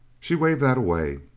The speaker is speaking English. she waved that away.